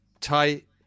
tight